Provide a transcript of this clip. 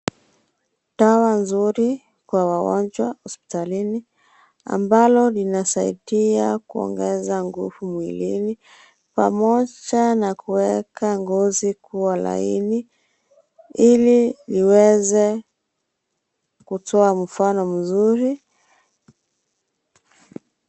Dawa nzuri kwa wagonjwa hospitalini, ambalo linasaidia kuongeza nguvu mwilini, pamoja na kuweka ngozi kuwa laini, ili iweze kutoa mfano mzuri.